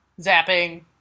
zapping